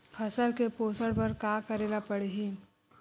फसल के पोषण बर का करेला पढ़ही?